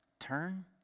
turn